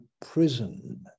prison